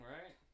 Right